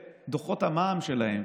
את דוחות המע"מ שלהם,